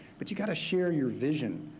but you gotta share your vision,